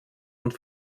und